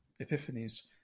epiphanies